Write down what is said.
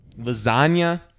Lasagna